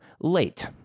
Late